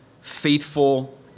faithful